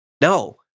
No